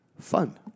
fun